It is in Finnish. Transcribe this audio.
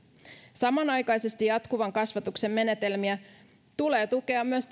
samanaikaisesti jatkuvan kasvatuksen menetelmiä tulee tukea myös